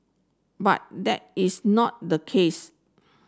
but that is not the case